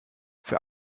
für